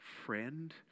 friend